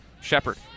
Shepard